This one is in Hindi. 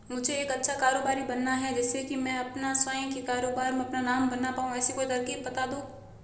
मुझे एक अच्छा कारोबारी बनना है जिससे कि मैं अपना स्वयं के कारोबार में अपना नाम बना पाऊं ऐसी कोई तरकीब पता दो?